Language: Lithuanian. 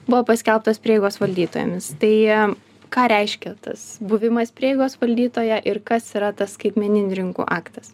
buvo paskelbtos prieigos valdytojomis tai ką reiškia tas buvimas prieigos valdytoja ir kas yra tas skaitmeninių rinkų aktas